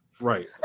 Right